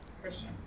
Christian